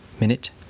Minute